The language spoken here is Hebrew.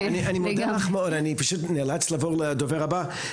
אני מודה לך מאוד, אני פשוט נאלץ לעבור לדובר הבא.